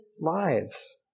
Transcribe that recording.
lives